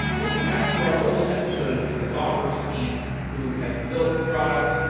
listen back to our old episodes with the thoughtworks team who have built the product.